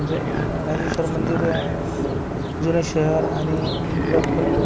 म्हणजे राजेश्वर मंदिर जुने शहर आणि इकडं कं